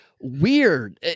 weird